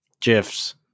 GIFs